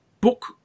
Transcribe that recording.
book